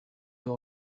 you